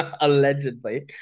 allegedly